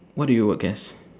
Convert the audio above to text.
what do you work as